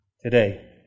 Today